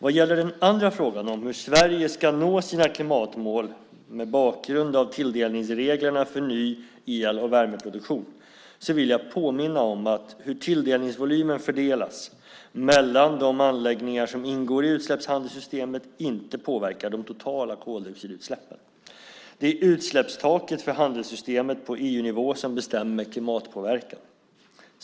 Vad gäller den andra frågan om hur Sverige ska nå sina klimatmål mot bakgrund av tilldelningsreglerna för ny el och värmeproduktion vill jag påminna om att hur tilldelningsvolymen fördelas mellan de anläggningar som ingår i utsläppshandelssystemet inte påverkar de totala koldioxidutsläppen. Det är utsläppstaket för handelssystemet på EU-nivå som bestämmer klimatpåverkan.